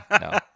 no